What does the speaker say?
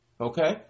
Okay